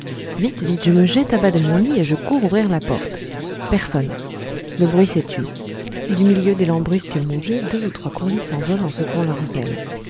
vite vite je me jette à bas de mon lit et je cours ouvrir la porte personne le bruit s'est tu du milieu des lambrusques mouillées deux ou trois courlis s'envolent en secouant leurs ailes